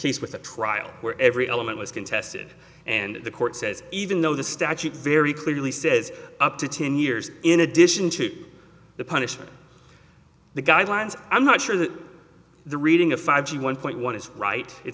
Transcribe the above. case with a trial where every element was contested and the court says even though the statute very clearly says up to ten years in addition to the punishment the guidelines i'm not sure that the reading of five g one point one is right it